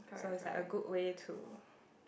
so is like a good way to